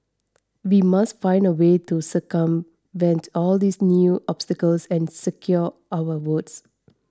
we must find a way to circumvent all these new obstacles and secure our votes